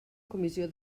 comissió